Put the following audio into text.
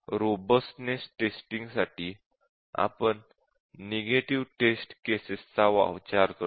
robustness testing साठी आपण negative test cases चा विचार करतो